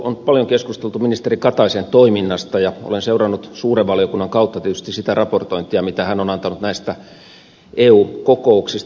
on paljon keskusteltu ministeri kataisen toiminnasta ja olen tietysti seurannut suuren valiokunnan kautta sitä raportointia mitä hän on antanut näistä eu kokouksista